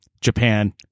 japan